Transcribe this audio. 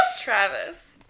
Travis